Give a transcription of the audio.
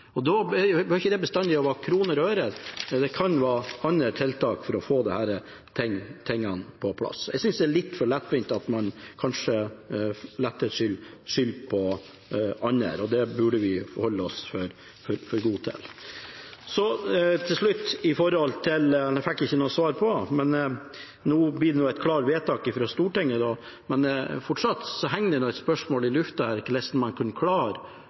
ikke bestandig være avhengig av kroner og øre. Det kan være andre tiltak for å få disse tingene på plass. Jeg synes det er litt for lettvint at man for letthets skyld skylder på andre. Det burde vi holde oss for gode til. Til slutt: Jeg fikk ikke noe svar på det – og nå blir det et klart vedtak fra Stortinget – men fortsatt henger det et spørsmål i lufta her om hvordan man kunne klare